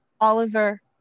oliver